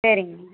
சரிங்க